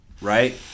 right